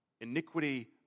iniquity